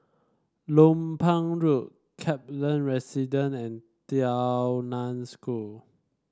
Lompang Road Kaplan Residence and Tao Nan School